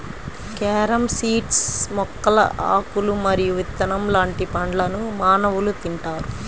carom seeds మొక్కల ఆకులు మరియు విత్తనం లాంటి పండ్లను మానవులు తింటారు